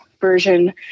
version